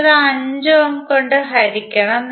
നിങ്ങൾ ഇത് 5 ഓം കൊണ്ട് ഹരിക്കണം